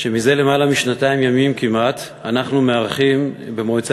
שזה יותר משנתיים ימים כמעט אנחנו מארחים במועצה